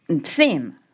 theme